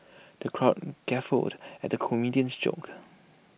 the crowd guffawed at the comedian's jokes